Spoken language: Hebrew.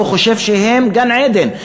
הוא חושב שהן גן-עדן,